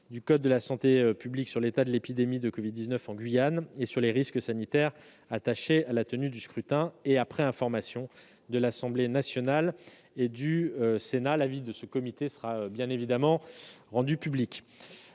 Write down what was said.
du code de la santé publique, sur l'état de l'épidémie de covid-19 en Guyane et sur les risques sanitaires liés à la tenue du scrutin, et après information de l'Assemblée nationale et du Sénat. L'avis du comité sera, bien évidemment, rendu public.